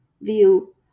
view